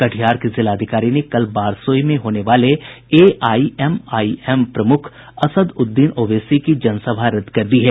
कटिहार के जिलाधिकारी ने कल बारसोई में होने वाले एआईएमआईएम के प्रमुख असद उद्दीन ओवैसी की जनसभा रद्द कर दी है